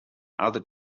other